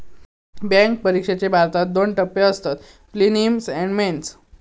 bank परिक्षेचे भारतात दोन टप्पे असतत, पिलिम्स आणि मेंस